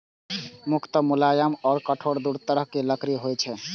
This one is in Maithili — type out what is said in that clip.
मुख्यतः मुलायम आ कठोर दू तरहक लकड़ी होइ छै